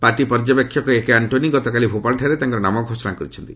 party ପର୍ଯ୍ୟବେକ୍ଷକ ଏକେ ଆଷ୍ଟୋନୀ ଗତକାଲି ଭୋପାଳଠାରେ ତାଙ୍କର ନାମ ଘୋଷଣା କରିଛନ୍ତି